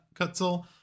Kutzel